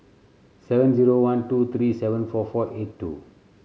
seven zero one two three seven four four eight two